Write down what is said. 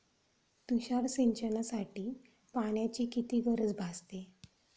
तुषार सिंचनासाठी पाण्याची किती गरज भासते?